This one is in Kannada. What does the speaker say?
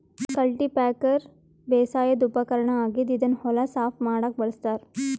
ಕಲ್ಟಿಪ್ಯಾಕರ್ ಬೇಸಾಯದ್ ಉಪಕರ್ಣ್ ಆಗಿದ್ದ್ ಇದನ್ನ್ ಹೊಲ ಸಾಫ್ ಮಾಡಕ್ಕ್ ಬಳಸ್ತಾರ್